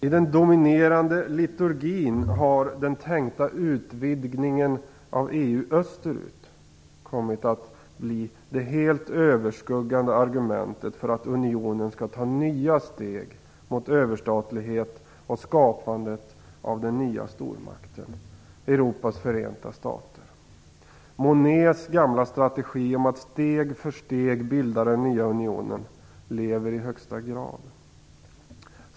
I den dominerande liturgin har den tänkta utvidgningen av EU österut kommit att bli det helt överskuggande argumentet för att unionen skall ta nya steg mot överstatlighet och skapandet av den nya stormakten, Europas förenta stater. Monnets gamla strategi om att steg för steg bilda den nya unionen lever i högsta grad.